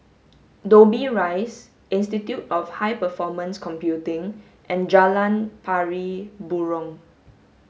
Dobbie Rise Institute of High Performance Computing and Jalan Pari Burong